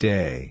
Day